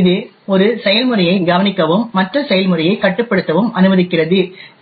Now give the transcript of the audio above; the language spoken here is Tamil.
இது ஒரு செயல்முறையை கவனிக்கவும் மற்ற செயல்முறையை கட்டுப்படுத்தவும் அனுமதிக்கிறது ஜி